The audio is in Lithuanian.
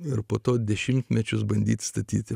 ir po to dešimtmečius bandyti statyti